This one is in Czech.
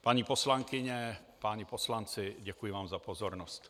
Paní poslankyně, páni poslanci, děkuji vám za pozornost.